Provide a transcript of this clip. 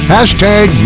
Hashtag